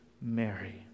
Mary